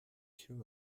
two